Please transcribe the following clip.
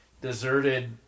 deserted